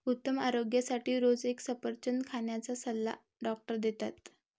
उत्तम आरोग्यासाठी रोज एक सफरचंद खाण्याचा सल्ला डॉक्टर देतात